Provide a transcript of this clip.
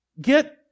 Get